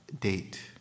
date